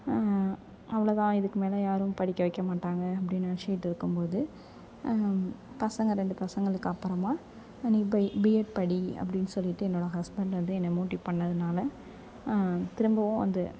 அவ்வளோதான் இதுக்கு மேல் யாரும் படிக்க வைக்க மாட்டாங்க அப்படின் நினச்சிக்கிட்டு இருக்கும்போது பசங்க ரெண்டு பசங்களுக்கு அப்புறமா நீ போய் பிஎட் படி அப்படின் சொல்லிவிட்டு என்னோடய ஹஸ்பண்ட் வந்து என்ன மோட்டிவேட் பண்ணதுனால் திரும்பவும் வந்து